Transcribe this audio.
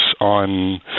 on